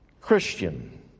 Christian